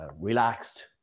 relaxed